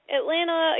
Atlanta